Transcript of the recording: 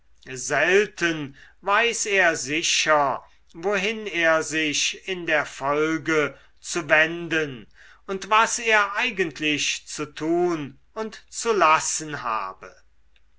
selten weiß er sicher wohin er sich in der folge zu wenden und was er eigentlich zu tun und zu lassen habe